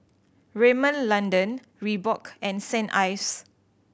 Rimmel London Reebok and Saint Ives